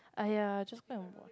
!aiya! just go and watch